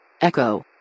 Echo